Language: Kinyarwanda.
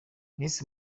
miss